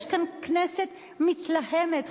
יש כאן כנסת מתלהמת,